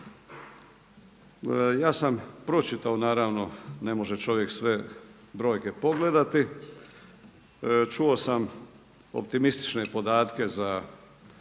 Ja sam pročitao naravno, ne može čovjek sve brojke pogledati. Čuo sam optimistične podatke za